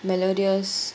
melodious